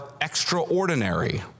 extraordinary